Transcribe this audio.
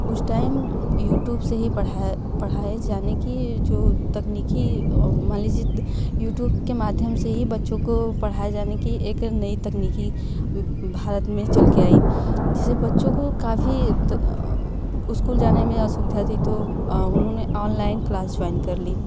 उस time YouTube से ही पढ़ाई जाने की जो तकनीकी मान लिजिए यूट्युब के माध्यम से ही बच्चों को पढ़ाये जाने की एक नई तकनीकी भारत में चलके आई जिससे बच्चों को काफ़ी स्कूल जाने में असुविधा थी तो उन्होंने ऑनलाईन क्लास जुआइन कर ली